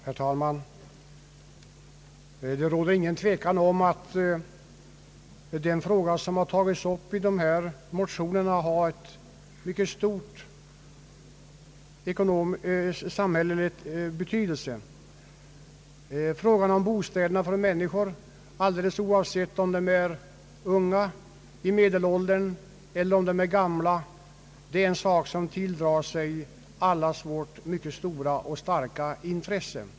Herr talman! Det råder ingen tvekan om att den fråga som har tagits upp i denna motion är av mycket stor samhällelig betydelse. Problemet med bostäder åt människor — alldeles oavsett om de är unga, medelålders eller gamla — är en sak som tilldrar sig allas vårt mycket stora och starka intresse.